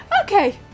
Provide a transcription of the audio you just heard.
okay